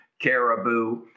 Caribou